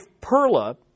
Perla